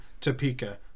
Topeka